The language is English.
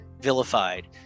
vilified